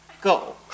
Go